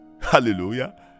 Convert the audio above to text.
hallelujah